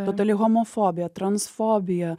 totali homofobija transfobija